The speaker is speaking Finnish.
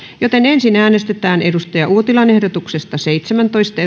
määrärahaa ensin äänestetään ehdotuksesta seitsemäntoista